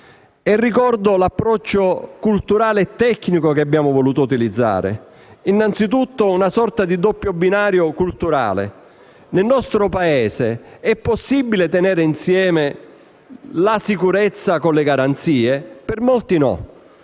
Ricordo l'approccio culturale e tecnico che abbiamo voluto utilizzare: innanzitutto, si è introdotta una sorta di doppio binario culturale. Nel nostro Paese è possibile tenere insieme la sicurezza con le garanzie? Per molti no.